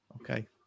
Okay